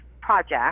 project